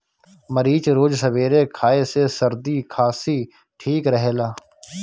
मरीच रोज सबेरे खाए से सरदी खासी ठीक रहेला